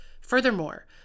Furthermore